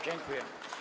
Dziękuję.